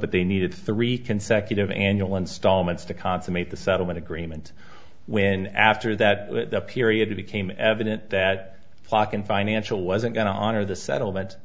but they needed three consecutive annual installments to consummate the settlement agreement when after that period to became evident that flocke and financial wasn't going to honor the settlement